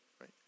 right